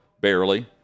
barely